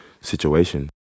situation